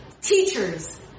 teachers